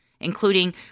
including